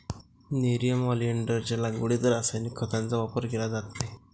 nerium ऑलिंडरच्या लागवडीत रासायनिक खतांचा वापर केला जात नाही